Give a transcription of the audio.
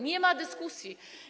Nie ma dyskusji.